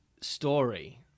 story